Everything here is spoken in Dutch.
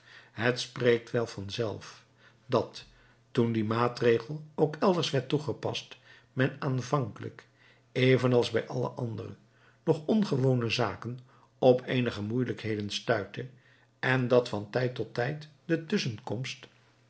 het spreekt wel van zelf dat toen die maatregel ook elders werd toegepast men aanvankelijk evenals bij alle andere nog ongewone zaken op eenige moeijelijkheden stuitte en dat van tijd tot tijd de tusschenkomst